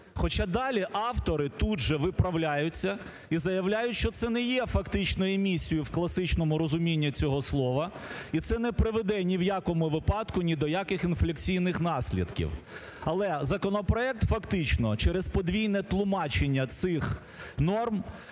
Хоча далі автори тут же виправляються і заявляють, що це не є фактичною емісією в класичному розумінні цього слова, і це не приведе ні в якому випадку ні до яких інфляційних наслідків. Але законопроект фактично через подвійне тлумачення цих норм